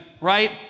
right